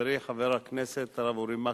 חברי חבר הכנסת הרב אורי מקלב,